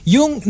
Yung